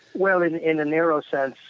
well, in in a narrow sense,